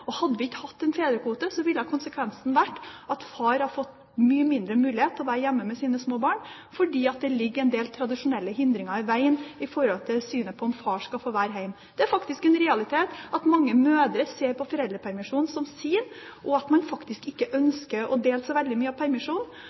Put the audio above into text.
Hadde vi ikke hatt en fedrekvote, ville konsekvensen vært at far hadde fått mindre mulighet til å være hjemme med sine små barn, for det ligger en del tradisjonelle hindringer i veien i synet på om far skal få være hjemme. Det er faktisk en realitet at mange mødre ser på foreldrepermisjonen som sin, og at man ikke ønsker å dele så veldig mye av